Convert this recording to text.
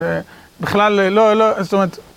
בכלל לא, לא, זאת אומרת.